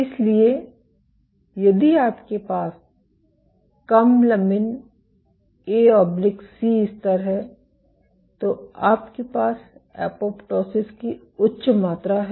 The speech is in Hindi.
इसलिए यदि आपके पास कम लमिन ए सी स्तर है तो आपके पास एपोप्टोसिस की उच्च मात्रा है